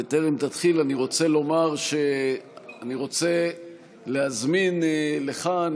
בטרם תתחיל אני רוצה להזמין לכאן,